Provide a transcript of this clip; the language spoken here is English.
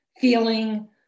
feeling